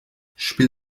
spiel